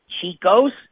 Chico's